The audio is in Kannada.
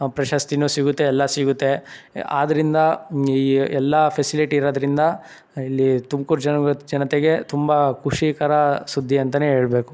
ಪ್ರಶಸ್ತಿನೂ ಸಿಗುತ್ತೆ ಎಲ್ಲ ಸಿಗುತ್ತೆ ಆದ್ದರಿಂದ ಈ ಎಲ್ಲ ಫೆಸಿಲಿಟಿ ಇರೋದರಿಂದ ಇಲ್ಲಿ ತುಮ್ಕೂರು ಜನತೆಗೆ ತುಂಬ ಖುಷಿಕರ ಸುದ್ದಿ ಅಂತನೇ ಹೇಳಬೇಕು